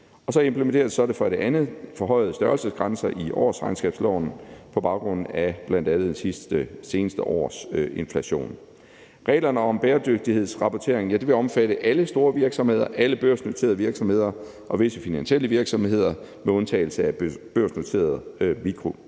implementerer det forhøjede størrelsesgrænser i årsregnskabsloven på baggrund af bl.a. de seneste års inflation. Reglerne om bæredygtighedsrapportering vil omfatte alle store virksomheder, alle børsnoterede virksomheder og visse finansielle virksomheder med undtagelse af børsnoterede